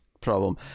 problem